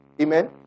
Amen